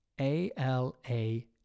A-L-A